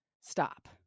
stop